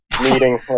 meeting